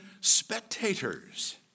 spectators